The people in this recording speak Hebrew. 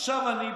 עכשיו, ברשותך,